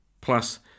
Plus